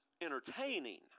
entertaining